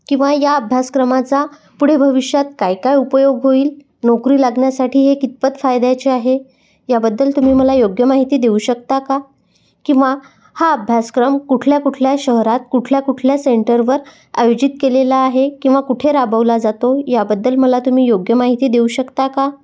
किंवा या अभ्यासक्रमाचा पुढे भविष्यात काय काय उपयोग होईल नोकरी लागण्यासाठी हे कितपत फायद्याचे आहे याबद्दल तुम्ही मला योग्य माहिती देऊ शकता का किंवा हा अभ्यासक्रम कुठल्या कुठल्या शहरात कुठल्या कुठल्या सेंटरवर आयोजित केलेला आहे किंवा कुठे राबवला जातो याबद्दल मला तुम्ही योग्य माहिती देऊ शकता का